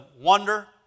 wonder